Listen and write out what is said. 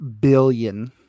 billion